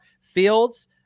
Fields